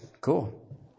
Cool